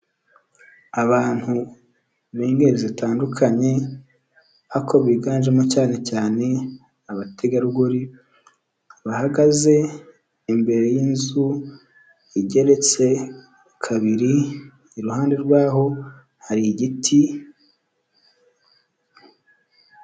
Abantu b'ingeri zitandukanye ako biganjemo cyane cyane abategarugori bahagaze imbere y'inzu igeretse kabiri iruhande rwho hari igiti.